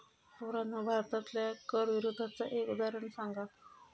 पोरांनो भारतातल्या कर विरोधाचा एक उदाहरण सांगा